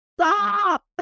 Stop